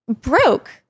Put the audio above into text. broke